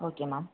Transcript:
okay ma'am